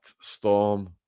storm